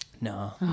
No